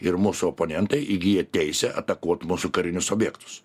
ir mūsų oponentai įgyja teisę atakuot mūsų karinius objektus